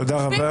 תודה רבה.